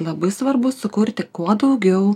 labai svarbu sukurti kuo daugiau